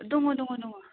दङ दङ दङ